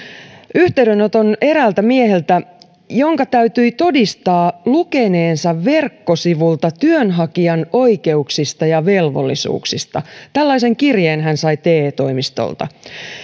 yhteydenoton eräältä mieheltä jonka täytyi todistaa lukeneensa verkkosivulta työnhakijan oikeuksista ja velvollisuuksista tällaisen kirjeen hän sai te toimistolta